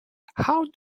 how